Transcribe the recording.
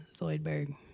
Zoidberg